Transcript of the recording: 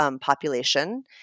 population